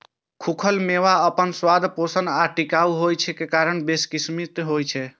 खूखल मेवा अपन स्वाद, पोषण आ टिकाउ होइ के कारण बेशकीमती होइ छै